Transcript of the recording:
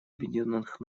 объединенных